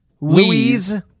Louise